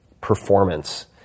performance